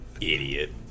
Idiot